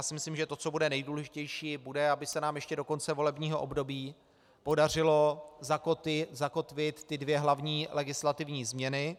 Myslím si, že to, co bude nejdůležitější, bude, aby se nám ještě do konce volebního období podařilo zakotvit ty dvě hlavní legislativní změny.